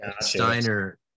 Steiner